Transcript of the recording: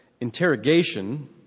interrogation